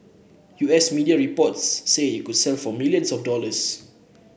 U S media reports say it could sell for million of dollars